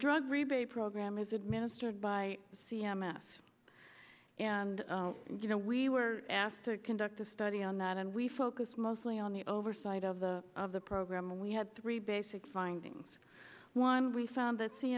drug rebate program is administered by c m s and you know we were asked to conduct a study on that and we focused mostly on the oversight of the of the program and we had three basic findings one we found that c